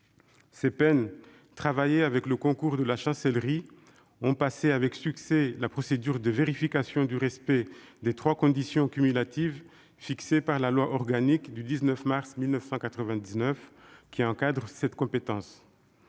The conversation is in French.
Ces peines, travaillées avec le concours de la Chancellerie, ont passé avec succès la procédure de vérification du respect des trois conditions cumulatives fixées par la loi organique du 19 mars 1999, qui encadre cette compétence.